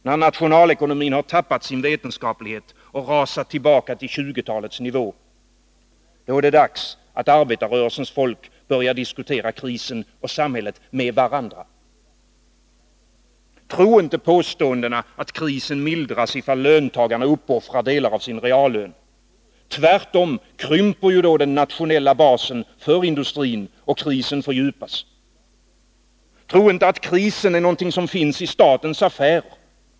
När nationalekonomin tappat sin vetenskaplighet och rasat tillbaka till 1920-talets nivå — då är det dags att arbetarrörelsens folk börjar diskutera krisen och samhället med varandra. Tro inte påståendena att krisen mildras ifall löntagarna uppoffrar delar av sin reallön. Tvärtom krymper då den nationella basen för industrin, och krisen fördjupas. Tro inte att krisen är någonting som finns i statens affärer.